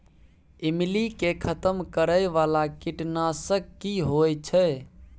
ईमली के खतम करैय बाला कीट नासक की होय छै?